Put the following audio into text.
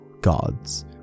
gods